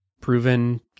proven